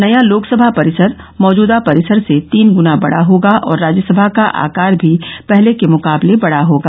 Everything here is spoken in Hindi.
नया लोकसभा परिसर मौजूदा परिसर से तीन गुना बड़ा होगा और राज्यसभा का आकार भी पहले के मुकाबले बड़ा होगा